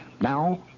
Now